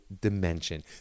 dimension